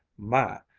my!